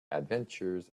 adventures